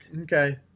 Okay